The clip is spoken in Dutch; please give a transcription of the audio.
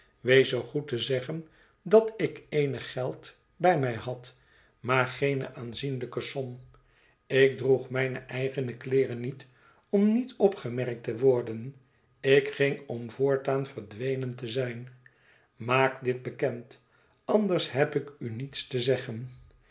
wees zoo goed te zeggen dat ik eenig geld bij mij had maar geene aanzienlijke som ik droeg mijne eigene kleeren niet om niet opgemerkt te worden ik ging om voortaan verdwenen te zijn maak dit bekend anders heb ik u niets te zeggen